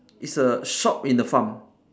it's a shop in the farm